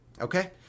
okay